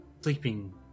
sleeping